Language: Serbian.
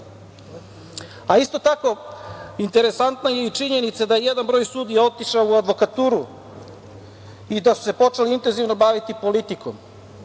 godine. Isto tako interesantna je i činjenica da je jedan broj sudija otišao u advokaturu i da se počeo intenzivno baviti politikom.